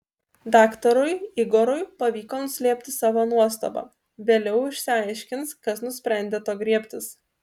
daktarui igorui pavyko nuslėpti savo nuostabą vėliau išsiaiškins kas nusprendė to griebtis